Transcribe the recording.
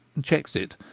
checks it,